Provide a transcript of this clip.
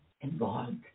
involved